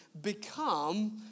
become